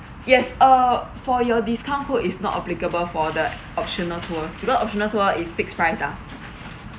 yes uh for your discount code is not applicable for the optional tour because optional tour is fixed price lah